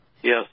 Yes